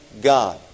God